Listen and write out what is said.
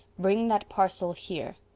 bring that parcel here.